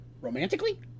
romantically